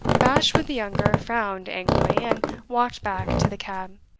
bashwood the younger frowned angrily, and walked back to the cab.